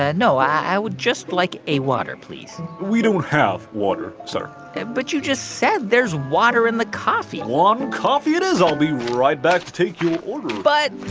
ah no, i would just like a water, please we don't have water, sir but you just said there's water in the coffee one coffee it is. i'll be right back to take your order but.